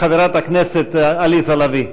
חברת הכנסת עליזה לביא,